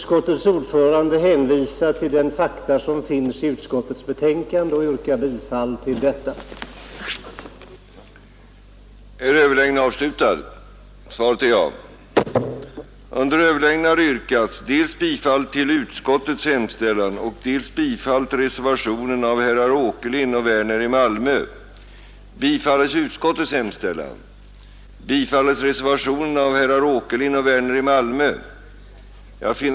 Utskottets ordförande hänvisar till de fakta som finns i utskottets betänkande och yrkar bifall till utskottets hemställan.